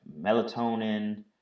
melatonin